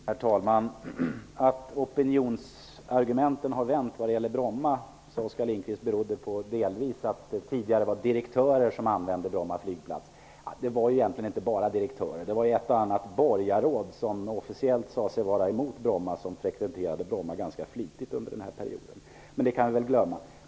Herr talman! Att opinionsargumenten vad gäller Bromma har vänt beror enligt Oskar Lindkvist delvis på att det tidigare var direktörer som använde Bromma flygplats. Det var egentligen inte bara fråga om direktörer. Också ett och annat borgarråd som officiellt sade sig vara emot Bromma frekventerade Bromma ganska flitigt under denna period. Men det kan vi glömma.